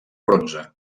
bronze